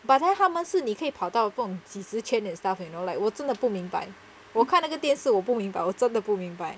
but then 他们是你可以跑到不懂几十圈 and stuff you know like 我真的不明白我看那个电视我不明白我真的不明白